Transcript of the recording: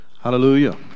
Hallelujah